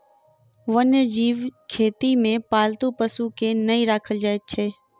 वन्य जीव खेती मे पालतू पशु के नै राखल जाइत छै